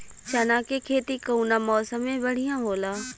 चना के खेती कउना मौसम मे बढ़ियां होला?